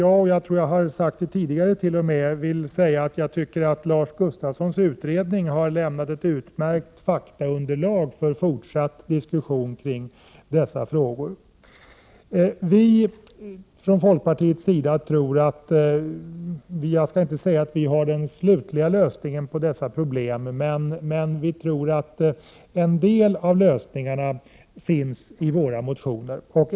Jag tror att jag har sagt det tidigare men vill upprepa att Lars Gustafssons utredning har lämnat ett utmärkt faktaunderlag för fortsatt diskussion kring dessa frågor. Jag påstår inte att vi har den slutliga lösningen, men jag tror att en del av lösningarna finns i våra motioner.